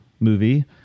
movie